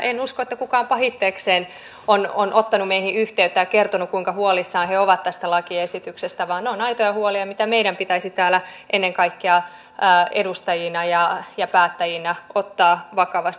en usko että kukaan pahitteekseen on ottanut meihin yhteyttä ja kertonut kuinka huolissaan he ovat tästä lakiesityksestä vaan ne ovat aitoja huolia mitä meidän pitäisi täällä ennen kaikkea edustajina ja päättäjinä ottaa vakavasti